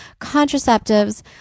contraceptives